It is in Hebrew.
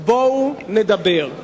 בואו נדבר.